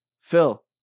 Phil